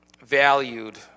valued